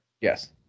Yes